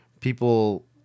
people